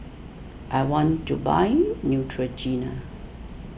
I want to buy Neutrogena